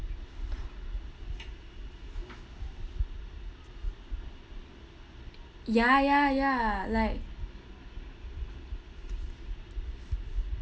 ya ya ya like